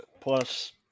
Plus